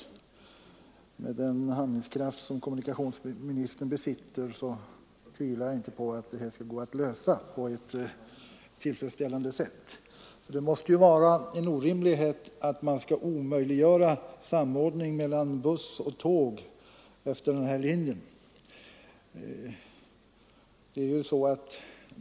Med tanke på den handlingskraft kommunikationsministern besitter så tvivlar jag inte på att det skall gå att lösa detta problem på ett tillfredsställande sätt. Det måste ju vara en orimlighet att omöjliggöra samordning mellan buss och tåg efter den här linjen.